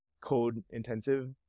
code-intensive